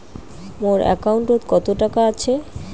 মোর একাউন্টত কত টাকা আছে?